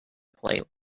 playlist